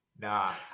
Nah